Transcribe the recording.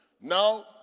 Now